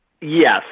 Yes